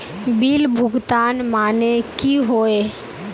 Bill भुगतान माने की होय?